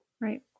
Right